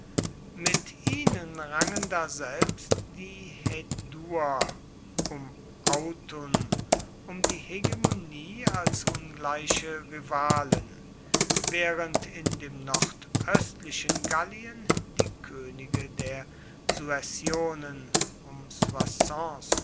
mit ihnen rangen daselbst die häduer um autun um die hegemonie als ungleiche rivalen während in dem nordöstlichen gallien die könige der suessionen